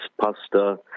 pasta